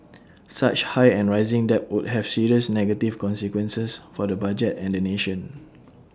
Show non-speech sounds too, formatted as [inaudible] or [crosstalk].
[noise] such high and rising debt would have serious negative consequences for the budget and the nation